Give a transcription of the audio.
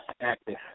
active